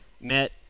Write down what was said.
met